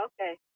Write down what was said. Okay